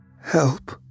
Help